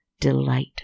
delight